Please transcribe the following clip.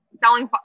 selling